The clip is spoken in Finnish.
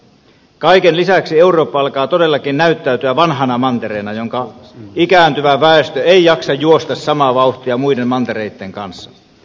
kaiken lisäksi eurooppa alkaa todellakin näyttäytyä vanhana mantereena jonka ikääntyvä väestö ei jaksa juosta samaa vauhtia muiden mantereitten kanssa